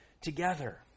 together